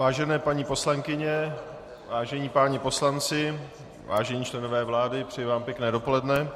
Vážené paní poslankyně, vážení páni poslanci, vážení členové vlády, přeji vám pěkné dopoledne.